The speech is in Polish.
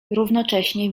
równocześnie